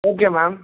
okay ma'am